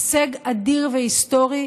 הישג אדיר והיסטורי: